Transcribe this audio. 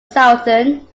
southern